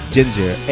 Ginger